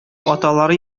аталары